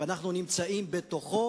ואנחנו נמצאים בתוכו.